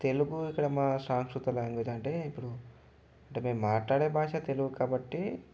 తెలుగు ఇక్కడ మా సంస్కృత లాంగ్వేజ్ అంటే ఇప్పుడు అంటే మేము మాట్లాడే భాష తెలుగు కాబట్టి